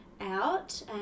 out